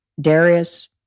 Darius